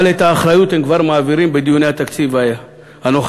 אבל את האחריות הם כבר מעבירים בדיוני התקציב הנוכחי.